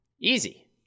Easy